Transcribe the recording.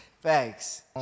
thanks